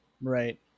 Right